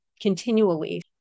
continually